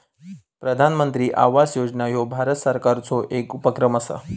प्रधानमंत्री आवास योजना ह्यो भारत सरकारचो येक उपक्रम असा